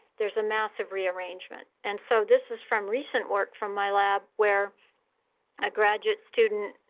there's a massive rearrangement. and so this is from recent work from my lab, where a graduate student